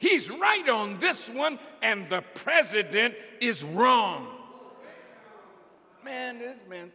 he's right on this one and the president is wrong man man